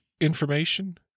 information